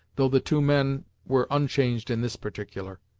though the two men were unchanged in this particular.